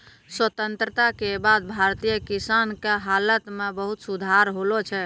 स्वतंत्रता के बाद भारतीय किसान के हालत मॅ बहुत सुधार होलो छै